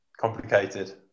Complicated